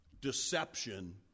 deception